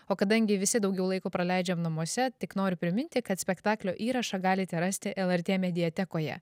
o kadangi visi daugiau laiko praleidžiam namuose tik noriu priminti kad spektaklio įrašą galite rasti lrt mediatekoje